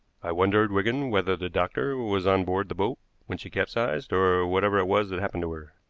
i wondered, wigan, whether the doctor was on board the boat when she capsized, or whatever it was that happened to her.